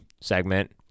segment